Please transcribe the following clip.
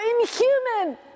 inhuman